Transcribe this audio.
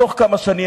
בתוך כמה שנים,